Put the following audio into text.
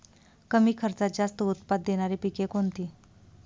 कमी खर्चात जास्त उत्पाद देणारी पिके कोणती?